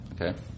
Okay